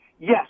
Yes